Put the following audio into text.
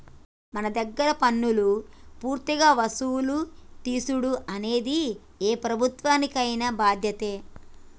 మన దగ్గర పన్నులు పూర్తిగా వసులు తీసుడు అనేది ఏ ప్రభుత్వానికైన బాధ్యతే